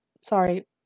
Sorry